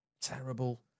terrible